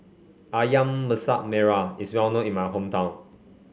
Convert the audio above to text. ayam Masak Merah is well known in my hometown